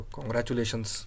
Congratulations